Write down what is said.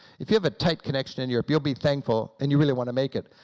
if you have a tight connection in europe you'll be thankful, and you really want to make it,